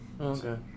Okay